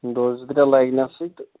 دۄہ زٕ ترٛےٚ لَگۍنَسٕے تہٕ